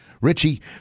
Richie